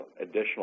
additional